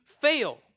fail